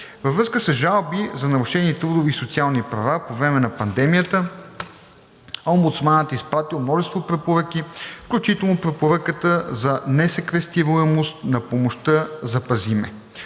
Във връзка с жалби за нарушени трудови и социални права по време на пандемията омбудсманът е изпратил множество препоръки, включително препоръката за несеквестируемост на помощта „Запази ме“.